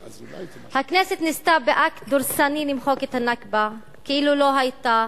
הכנסת ניסתה באקט דורסני למחוק את הנכבה כאילו לא היתה,